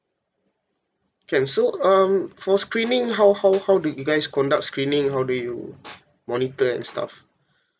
can so um for screening how how how do you guys conduct screening how do you monitor and stuff